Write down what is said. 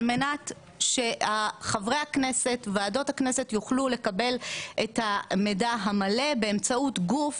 על מנת שחברי הכנסת וועדות הכנסת יוכלו לקבל את המידע המלא באמצעות גוף